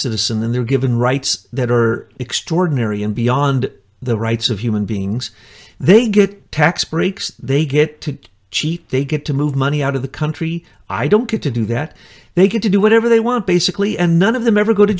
citizen in their given rights that are extraordinary and beyond the rights of human beings they get tax breaks they get to cheat they get to move money out of the country i don't get to do that they get to do whatever they want basically and none of them ever go to